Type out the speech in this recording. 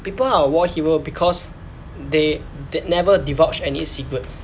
people are war hero because they th~ never divulge any secrets